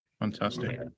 Fantastic